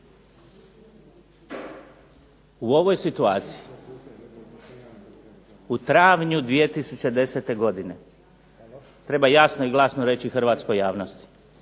U ovoj situaciji, u travnju 2010. godine treba jasno i glasno reći hrvatskoj javnosti